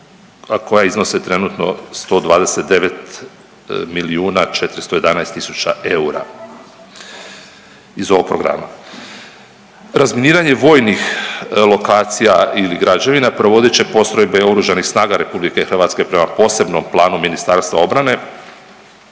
koja iznose trenutno 129 milijuna 411 tisuća eura iz ovog programa. Razminiranje vojnih lokacija i građevina provodit će postrojbe Oružanih snaga RH prema posebnom planu Ministarstva obrane